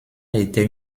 était